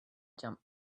jump